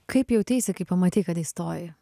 kaip jauteisi kai pamatei kad įstoji